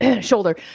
shoulder